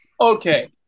okay